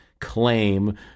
claim